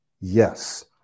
yes